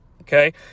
Okay